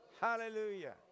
hallelujah